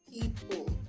People